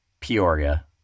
Peoria